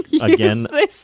again